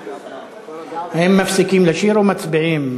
האם מפסיקים לשיר או מצביעים?